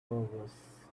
was